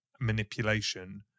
manipulation